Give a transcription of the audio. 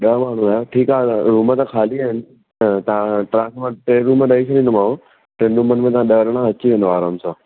ॾह माण्हू आयो ठीकु आहे रूम त ख़ाली आहिनि त तव्हां वटि टे रूम ॾेई छॾींदोमांव टिनि रूमनि में तव्हां ॾह माण्हू अची वेंदव आराम सां